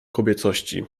kobiecości